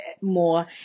more